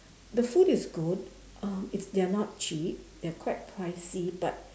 the food is good um it's they are not cheap they are quite pricey but